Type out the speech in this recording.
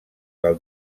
del